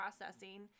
processing